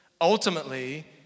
Ultimately